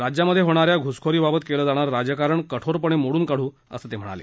राज्यामधे होणा या घुसखोरीबाबत केलं जाणारं राजकारण कठोरपणे मोडून काढू असं ते म्हणाले